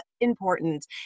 important